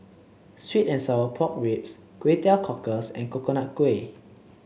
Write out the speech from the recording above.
sweet and Sour Pork Ribs Kway Teow Cockles and Coconut Kuih